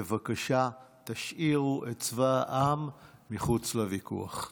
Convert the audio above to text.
בבקשה, תשאירו את צבא העם מחוץ לוויכוח.